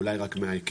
אולי רק מההיקף.